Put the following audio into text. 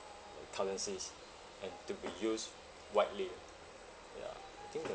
like currencies and to be used widely ya I think they're